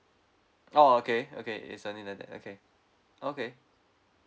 oh okay okay it's on internet okay okay